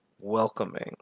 welcoming